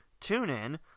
TuneIn